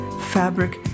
fabric